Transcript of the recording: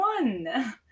one